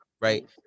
right